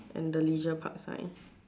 and the leisure park sign